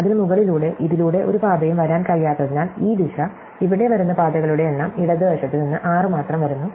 അതിന് മുകളിലൂടെ ഇതിലൂടെ ഒരു പാതയും വരാൻ കഴിയാത്തതിനാൽ ഈ ദിശ ഇവിടെ വരുന്ന പാതകളുടെ എണ്ണം ഇടത് വശത്ത് നിന്ന് 6 മാത്രം വരുന്നു